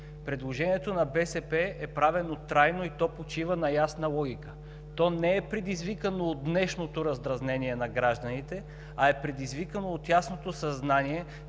Предложението на БСП е правено трайно и то почива на ясна логика. То не е предизвикано от днешното раздразнение на гражданите, а е предизвикано от ясното съзнание,